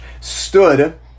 stood